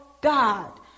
God